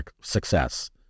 success